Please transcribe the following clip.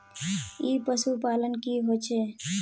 ई पशुपालन की होचे?